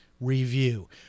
Review